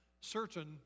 Certain